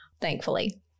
thankfully